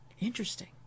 Interesting